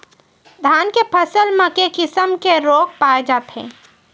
धान के फसल म के किसम के रोग पाय जाथे?